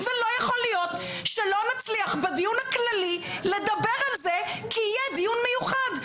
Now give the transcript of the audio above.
ולא יכול להיות שלא נצליח בדיון הכללי לדבר על זה כי יהיה דיון מיוחד.